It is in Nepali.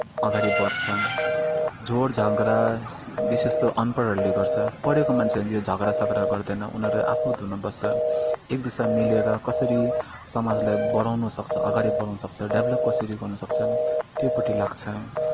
अगाडि बढ्छ झोड झगडा विशेष त्यो अनपढहरूले गर्छ पढेको मान्छेहरूले यो झगडासगडा गर्दैन उनीहरू आफ्नो धुनमा बस्छ एकदोस्रा मिलेर कसरी समाजलाई बढाउनुसक्छ अगाडि बढाउनसक्छ डेभ्लप कसरी गर्नुसक्छ त्योपट्टि लाग्छ